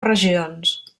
regions